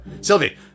Sylvie